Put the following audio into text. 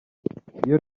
iyo